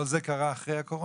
כל זה קרה אחרי הקורונה?